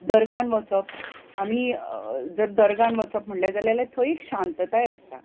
दर्गान वचप आमी जर दर्गान वचप म्हणले जाल्यार थंय एक शांतताय आसता